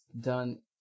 done